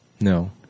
No